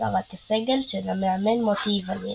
הצערת הסגל" של המאמן מוטי איווניר.